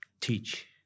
teach